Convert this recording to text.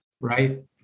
right